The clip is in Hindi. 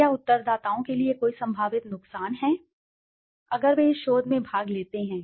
क्या उत्तरदाताओं के लिए कोई संभावित नुकसान है अगर वे इस शोध में भाग लेते हैं